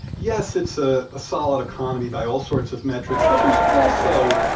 yes, it's a solid economy by all sorts of metrics. but there's also